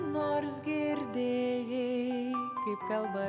nors girdėjai kaip kalba